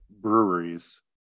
breweries